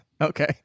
okay